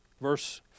verse